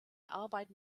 arbeiten